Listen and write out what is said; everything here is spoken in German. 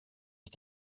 ich